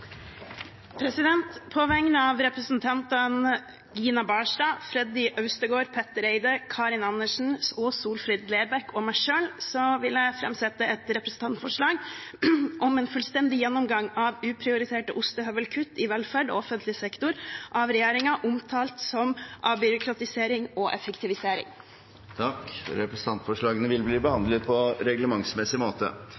På vegne av representantene Gina Barstad, Freddy André Øvstegård, Petter Eide, Karin Andersen, Solfrid Lerbrekk og meg selv vil jeg framsette et representantforslag om en fullstendig gjennomgang av uprioriterte ostehøvelkutt i velferd og offentlig sektor, av regjeringen omtalt som avbyråkratisering og effektivisering. Representantforslagene vil bli